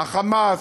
ה"חמאס",